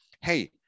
Hey